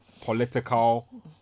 political